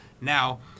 Now